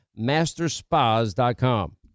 masterspas.com